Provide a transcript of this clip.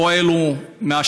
הפועל הוא מהשטחים.